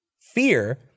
fear